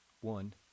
One